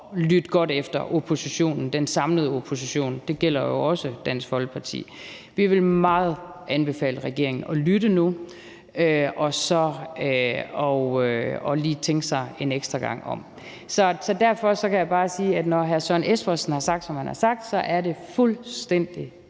lytte godt efter den samlede opposition; det gælder jo også Dansk Folkeparti. Vi vil meget anbefale regeringen at lytte nu og lige tænke sig om en ekstra gang. Derfor vil jeg bare sige, at når hr. Søren Espersen har sagt, hvad han har sagt, så er det fuldstændig